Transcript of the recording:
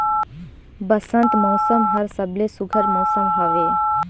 बंसत मउसम हर सबले सुग्घर मउसम हवे